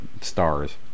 stars